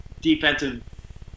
defensive